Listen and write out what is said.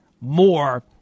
more